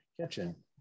kitchen